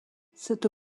cette